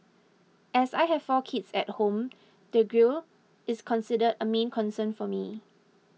as I have four kids at home the grille is considered a main concern for me